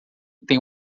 tem